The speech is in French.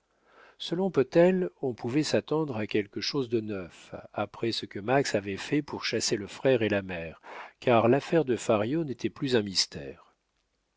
selon potel on pouvait s'attendre à quelque chose de neuf après ce que max avait fait pour chasser le frère et la mère car l'affaire de fario n'était plus un mystère